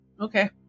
Okay